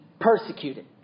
persecuted